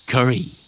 Curry